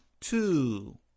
two